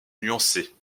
nuancée